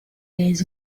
days